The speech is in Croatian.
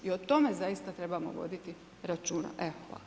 I o tome zaista trebamo voditi računa.